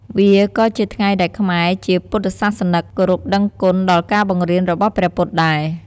វាក៏ជាថ្ងៃដែលខ្មែរជាពុទ្ទសាសនឹក គោរពដឹងគុណដល់ការបង្រៀនរបស់ព្រះពុទ្ធដែរ។